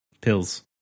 pills